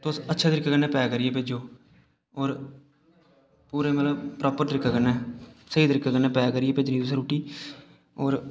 तुस अच्छे तरीके कन्नै पैक करियै भेजेओ होर पूरे मतलब प्रापर तरीके कन्नै स्हेई तरीके कन्नै पैक करियै भेजनी तुसें रुट्टी होर